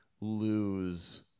lose